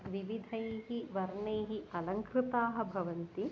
विविधैः वर्णैः अलङ्कृताः भवन्ति